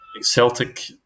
Celtic